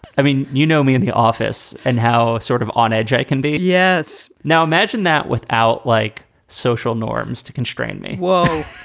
i mean, you know me in the office and how sort of on edge i can be. yes. now imagine that with. like social norms to constrain me well,